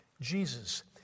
Jesus